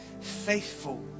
faithful